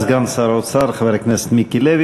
תודה לסגן שר האוצר חבר הכנסת מיקי לוי.